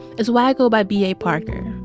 it's why i go by b a. parker.